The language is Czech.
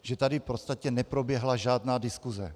Že tady v podstatě neproběhla žádná diskuse.